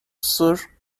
sir